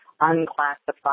unclassified